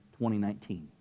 2019